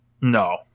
No